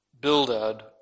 Bildad